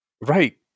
Right